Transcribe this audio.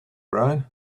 brown